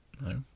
No